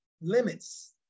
limits